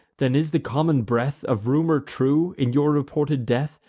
then is the common breath of rumor true, in your reported death,